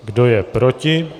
Kdo je proti?